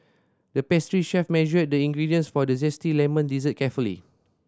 the pastry chef measured the ingredients for a zesty lemon dessert carefully